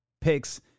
picks